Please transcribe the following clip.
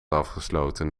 afgesloten